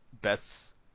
best